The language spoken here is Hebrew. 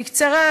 בקצרה,